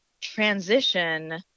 transition